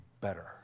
better